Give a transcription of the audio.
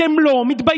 אתם לא מתביישים.